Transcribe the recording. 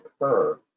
occur